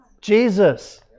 Jesus